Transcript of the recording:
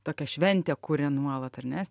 tokią šventę kuria nuolat ar ne